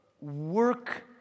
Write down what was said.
work